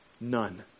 None